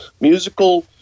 musical